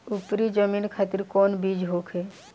उपरी जमीन खातिर कौन बीज होखे?